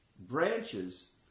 branches